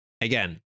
Again